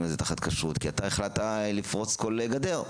הזה תחת כשרות כי אתה החלטת לפרוץ כל גדר.